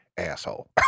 Asshole